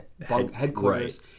headquarters